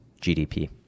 GDP